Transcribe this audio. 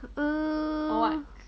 um